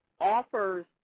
offers